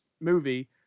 movie